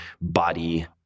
body